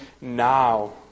now